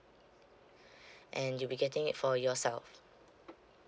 and you'll be getting it for yourself